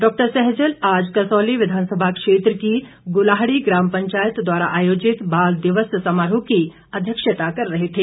डॉ सहजल आज कसौली विधानसभा क्षेत्र की गुलाहड़ी ग्राम पंचायत द्वारा आयोजित बाल दिवस समारोह की अध्यक्षता कर रहे थे